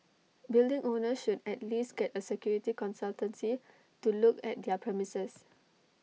building owners should at least get A security consultancy to look at their premises